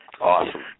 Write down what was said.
Awesome